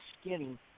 skinny